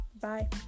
Bye